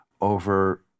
over